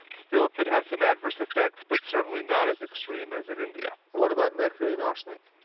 still could have some adverse effects but certainly not as extreme as in india. and what about mercury and arsenic?